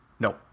No